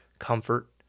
comfort